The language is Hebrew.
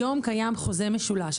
היום קיים חוזה משולש.